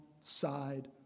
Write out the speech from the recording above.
side